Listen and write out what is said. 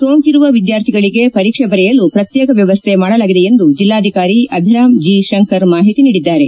ಸೋಂಕಿರುವ ವಿದ್ಯಾರ್ಥಿಗಳಿಗೆ ಪರೀಕ್ಷೆ ಬರೆಯಲು ಪ್ರತ್ಯೇಕ ವ್ಯವಸ್ಥೆ ಮಾಡಲಾಗಿದೆ ಎಂದು ಜಿಲ್ಲಾಧಿಕಾರಿ ಅಭಿರಾಂ ಜೀ ಶಂಕರ್ ಮಾಹಿತಿ ನೀಡಿದ್ದಾರೆ